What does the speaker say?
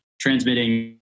transmitting